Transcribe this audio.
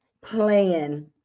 plan